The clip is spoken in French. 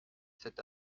cet